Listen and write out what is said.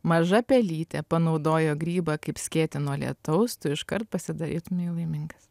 maža pelytė panaudojo grybą kaip skėtį nuo lietaus tu iškart pasidarytumei laimingas